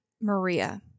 Maria